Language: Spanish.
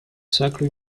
sacro